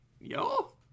yo